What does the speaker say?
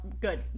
Good